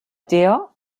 deal